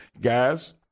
guys